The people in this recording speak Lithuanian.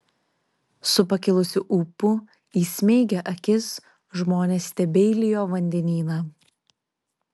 su pakilusiu ūpu įsmeigę akis žmonės stebeilijo vandenyną